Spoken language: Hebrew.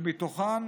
שמתוכן